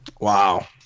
Wow